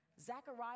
Zachariah